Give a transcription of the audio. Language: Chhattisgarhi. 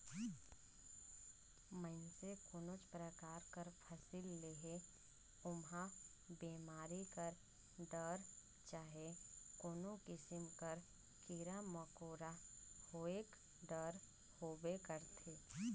मइनसे कोनोच परकार कर फसिल लेहे ओम्हां बेमारी कर डर चहे कोनो किसिम कर कीरा मकोरा होएक डर होबे करथे